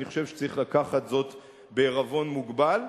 אני חושב שצריך לקחת זאת בעירבון מוגבל.